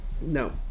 No